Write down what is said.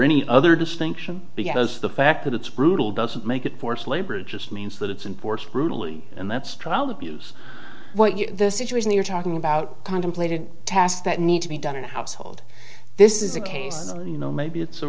any other distinction because the fact that it's brutal doesn't make it forced labor just means that it's and brutally and that's trial abuse what you the situation you're talking about contemplated tasks that need to be done in a household this is a case maybe it's a